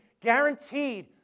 guaranteed